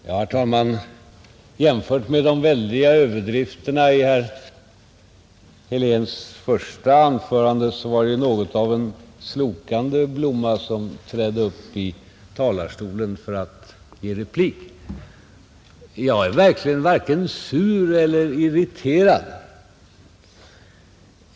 Herr talman! Jämfört med de väldiga överdrifterna i herr Heléns första anförande får man ju säga att det var något av en slokande blomma som trädde upp i talarstolen för att ge replik. Jag är verkligen varken sur eller irriterad.